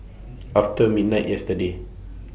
after midnight yesterday